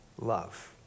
love